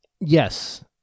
yes